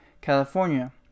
California